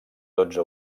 dotze